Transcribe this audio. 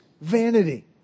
vanity